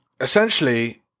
essentially